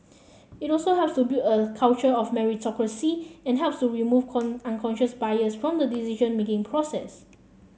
it also helps build a culture of meritocracy and helps to remove unconscious bias from the decision making process